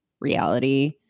reality